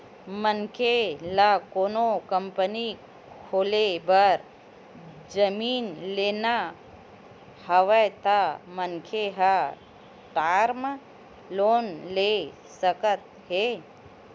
मनखे ल कोनो कंपनी खोले बर जमीन लेना हवय त मनखे ह टर्म लोन ले सकत हे